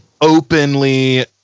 openly